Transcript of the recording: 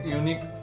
unique